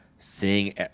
Seeing